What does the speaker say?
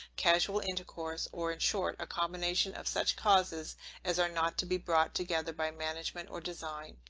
casual intercourse, or in short, a combination of such causes as are not to be brought together by management or design.